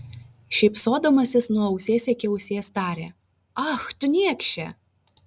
šypsodamasis nuo ausies iki ausies tarė ach tu niekše